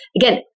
again